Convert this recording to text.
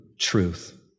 truth